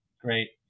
great